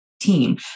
team